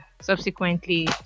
subsequently